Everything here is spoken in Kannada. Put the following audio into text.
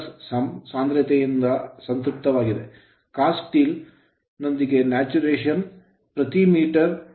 cast steel ಎರಕಹೊಯ್ದ ಉಕ್ಕಿನೊಂದಿಗೆ ಸ್ಯಾಚುರೇಶನ್ ಪ್ರತಿ ಮೀಟರ್ ಚದರಕ್ಕೆ ಸುಮಾರು 1